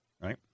right